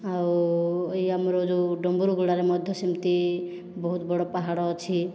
ଆଉ ଏଇ ଆମର ଯୋଉ ଡ଼ୁଙ୍ଗୁରୁଗୁଡ଼ାରେ ମଧ୍ୟ ସେମିତି ବହୁତ ବଡ଼ ପାହାଡ଼ ଅଛି